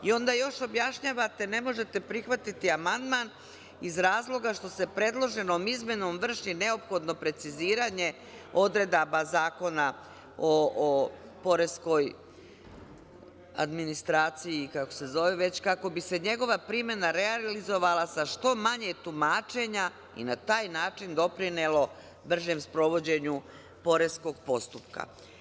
I onda još objašnjavate da ne možete prihvatiti amandman iz razloga što se predloženom izmenom vrši neophodno preciziranje odredaba Zakona o poreskoj administraciji, već kako bi se njegova primena realizovala sa što manje tumačenja i na taj način doprinelo bržem sprovođenju poreskog postupka.